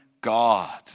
God